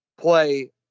play